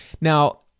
Now